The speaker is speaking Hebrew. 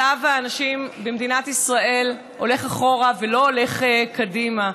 מצב הנשים במדינת ישראל הולך אחורה ולא הולך קדימה,